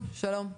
שלום.